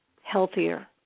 healthier